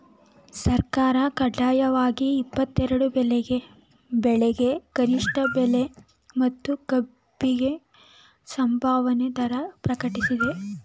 ಸರ್ಕಾರ ಕಡ್ಡಾಯವಾಗಿ ಇಪ್ಪತ್ತೆರೆಡು ಬೆಳೆಗೆ ಕನಿಷ್ಠ ಬೆಲೆ ಮತ್ತು ಕಬ್ಬಿಗೆ ಸಂಭಾವನೆ ದರ ಪ್ರಕಟಿಸ್ತದೆ